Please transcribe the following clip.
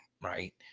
right